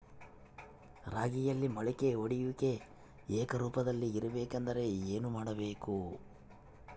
ರಾಗಿಯಲ್ಲಿ ಮೊಳಕೆ ಒಡೆಯುವಿಕೆ ಏಕರೂಪದಲ್ಲಿ ಇರಬೇಕೆಂದರೆ ಏನು ಮಾಡಬೇಕು?